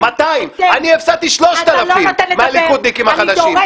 אני הפסדתי 3,000 מהליכודניקים החדשים.